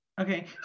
Okay